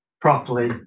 properly